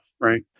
right